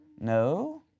No